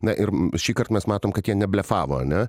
na ir šįkart mes matom kad jie neblefavo ane